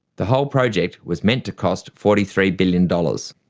the whole project was meant to cost forty three billion dollars.